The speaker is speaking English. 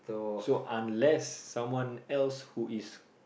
so unless someone else who is